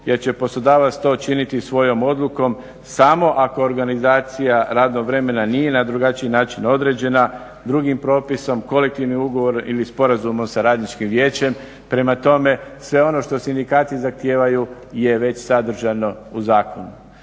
jer će poslodavac to činiti svojom odlukom samo ako organizacija radnog vremena nije na drugi način određena drugim propisom, kolektivnim ugovorom ili sporazumom sa radničkim vijećem. Prema tome, sve ono što sindikati zahtijevaju je već sadržano u zakonu.